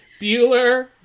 Bueller